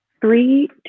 three